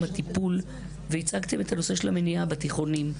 הטיפול והצגתם את הנושא של המניעה בתיכונים.